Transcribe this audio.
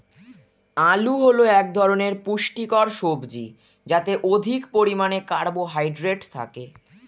আলু হল এক ধরনের পুষ্টিকর সবজি যাতে অধিক পরিমাণে কার্বোহাইড্রেট থাকে